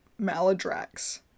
Maladrax